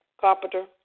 Carpenter